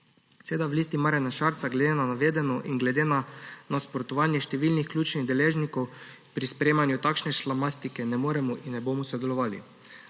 Seveda v Listi Marjana Šarca glede na navedeno in glede na nasprotovanje številnih ključnih deležnikov pri sprejemanju takšne šlamastike ne moremo in ne bomo sodelovali.